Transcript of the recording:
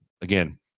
again